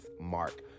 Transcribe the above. mark